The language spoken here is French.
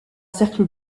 cercle